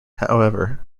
however